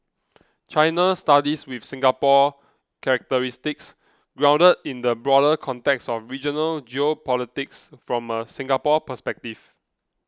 China studies with Singapore characteristics grounded in the broader context of regional geopolitics from a Singapore perspective